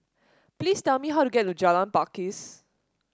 please tell me how to get to Jalan Pakis